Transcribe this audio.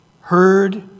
heard